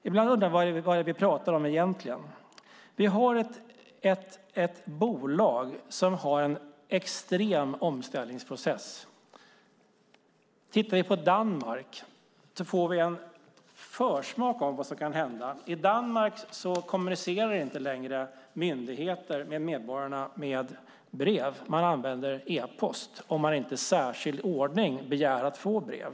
Ibland undrar man vad det är vi pratar om egentligen. Vi har ett bolag som har en extrem omställningsprocess. Tittar vi på Danmark får vi en försmak av vad som kan hända. I Danmark kommunicerar inte längre myndigheter med medborgarna med brev. Man använder e-post, om inte någon i särskild ordning begär att få brev.